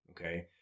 Okay